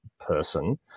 person